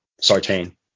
Sartain